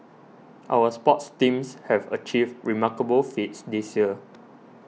our sports teams have achieved remarkable feats this year